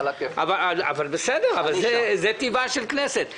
אבל זה טיבה של כנסת.